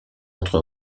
entre